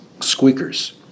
Squeakers